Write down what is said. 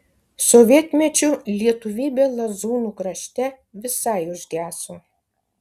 sovietmečiu lietuvybė lazūnų krašte visai užgeso